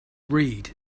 read